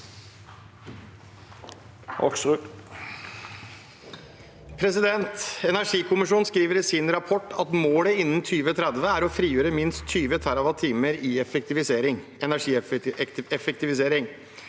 «Energikommisjo- nen skriver i sin rapport at målet innen 2030 er å frigjøre minst 20 TWh i energieffektivisering.